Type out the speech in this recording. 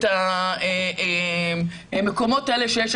המקומות האלה.